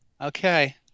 Okay